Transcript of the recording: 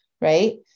right